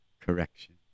Correction